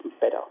better